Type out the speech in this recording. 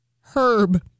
Herb